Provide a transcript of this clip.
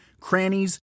crannies